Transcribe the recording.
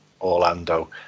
Orlando